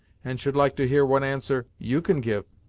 and should like to hear what answer you can give.